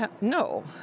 No